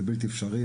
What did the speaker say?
זה בלתי אפשרי.